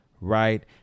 right